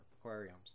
aquariums